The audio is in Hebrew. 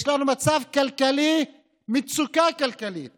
יש לנו מצב כלכלי, מצוקה כלכלית